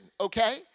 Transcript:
okay